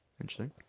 Interesting